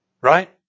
right